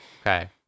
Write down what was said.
Okay